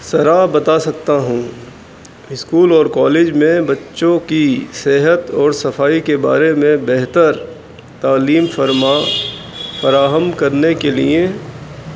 سراب بتا سکتا ہوں اسکول اور کالج میں بچوں کی صحت اور صفائی کے بارے میں بہتر تعلیم فرما فراہم کرنے کے لیے